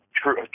true